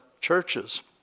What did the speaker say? churches